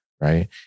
right